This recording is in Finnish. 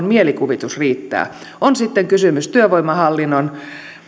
mielikuvitus riittää on sitten kysymys työvoimahallinnon